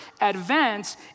advance